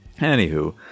Anywho